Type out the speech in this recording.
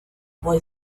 boy